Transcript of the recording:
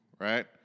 right